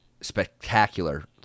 spectacular